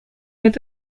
had